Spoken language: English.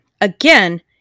Again